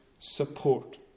support